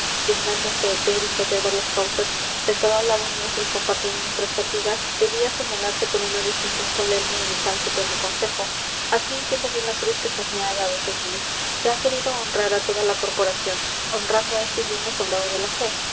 ver y fallar varias causas sentado al lado nuestro y compartiendo nuestras fatigas debía señalarse con una distinción solemne hecha al supremo consejo así entiendo yo la cruz que se me ha dado señores se ha querido honrar a toda la corporación honrando a este indigno soldado de la fe